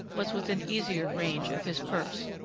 was within easier range of his purse.